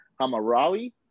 Hamarawi